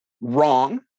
wrong